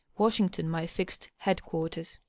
washington my fixed head-quarters.